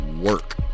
work